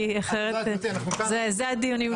זה הדיונים.